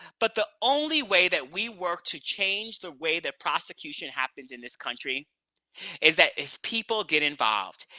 but the only way that we work to change the way that prosecution happens in this country is that if people get involved.